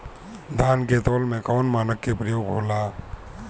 धान के तौल में कवन मानक के प्रयोग हो ला?